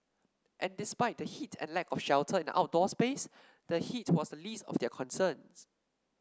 and despite the heat and lack of shelter in the outdoor space the heat was the least of their concerns